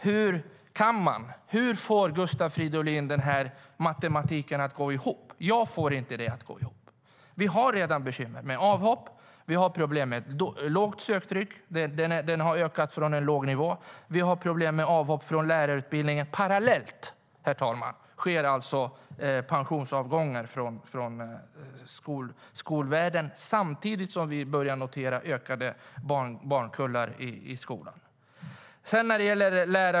Hur får Gustav Fridolin matematiken att gå ihop? Jag får inte den att gå ihop. Vi har redan bekymmer med avhopp och lågt söktryck. Det har ökat - men från en låg nivå. Vi har problem med avhopp från lärarutbildningen. Parallellt, herr talman, sker alltså pensionsavgångar från skolvärlden, och samtidigt börjar vi notera större barnkullar i skolan.